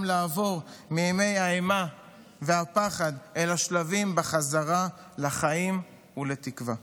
לעבור מימי האימה והפחד אל השלבים בחזרה לחיים ולתקווה.